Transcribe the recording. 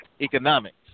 economics